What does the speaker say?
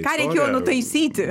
ką reikėjo nutaisyti